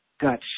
got